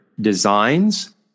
designs